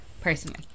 personally